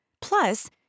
Plus